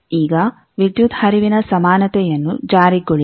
ಈಗ ವಿದ್ಯುತ್ ಹರಿವಿನ ಸಮಾನತೆಯನ್ನು ಜಾರಿಗೊಳಿಸಿ